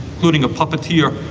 including a puppeteer,